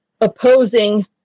opposing